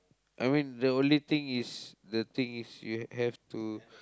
I mean the only thing is the thing is you have have to